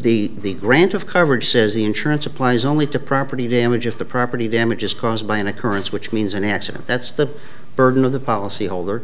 the the grant of coverage says the insurance applies only to property damage if the property damage is caused by an occurrence which means an accident that's the burden of the policyholder